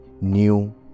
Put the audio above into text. new